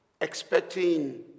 expecting